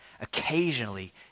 occasionally